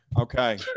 Okay